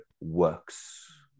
works